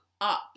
up